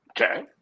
Okay